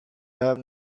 love